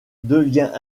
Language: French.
devient